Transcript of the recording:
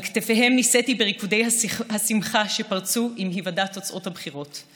על כתפיהם נישאתי בריקודי השמחה שפרצו עם היוודע תוצאות הבחירות.